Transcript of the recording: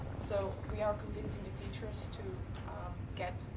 so we are convincing the teachers to get,